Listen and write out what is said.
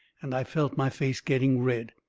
and i felt my face getting red.